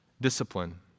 discipline